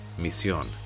Misión